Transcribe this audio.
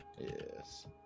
Yes